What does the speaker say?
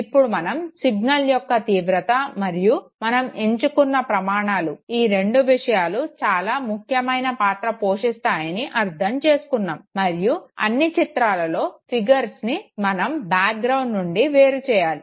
ఇప్పుడు మనం సిగ్నల్ యొక్క తీవ్రత మరియు మనం ఎంచుకున్న ప్రమాణాలు ఈ రెండు విషయాలు చాలా ముఖ్యమైన పాత్ర పోషిస్తాయని అర్ధం చేసుకున్నాము మరియు అన్నీ చిత్రాలలో ఫిగర్స్ని మనం బ్యాక్ గ్రౌండ్ నుండి వేరు చేయాలి